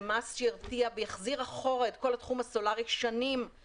זה מס שירתיע ויחזיר שנים אחורה את כל התחום הסולארי למקום